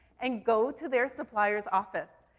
and go to their supplier's office.